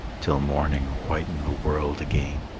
till morning whiten the world again,